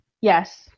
Yes